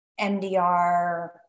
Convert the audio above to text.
MDR